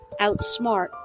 outsmart